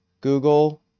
Google